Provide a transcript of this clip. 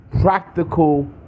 practical